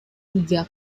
tiga